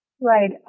Right